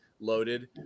loaded